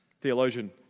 Theologian